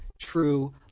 true